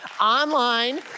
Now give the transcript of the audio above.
online